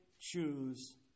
choose